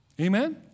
Amen